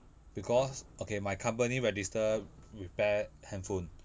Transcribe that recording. because okay my company register repair handphone